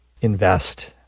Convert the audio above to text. invest